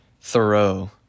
Thoreau